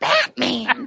Batman